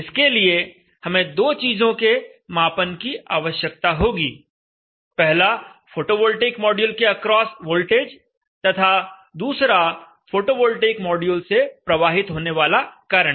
इसके लिए हमें दो चीजों के मापन की आवश्यकता होगी पहला फोटोवोल्टेइक मॉड्यूल के अक्रॉस वोल्टेज तथा दूसरा फोटोवोल्टेइक मॉड्यूल से प्रवाहित होने वाला करंट